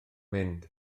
mynd